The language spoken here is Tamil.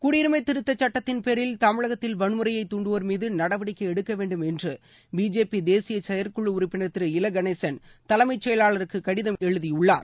குடியரிமை திருத்தச் சுட்டத்தின் பேரில் தமிழகத்தில் வன்முறையை தூண்டுவோர் மீது நடவடிக்கை எடுக்க வேண்டுமென்று பிஜேபி தேசிய செயற்குழ உறுப்பினர் திரு இல கணேசன் தலைமைச் செயலாளருக்கு நேற்று கடிதம் கொடுத்துள்ளார்